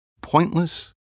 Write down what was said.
pointless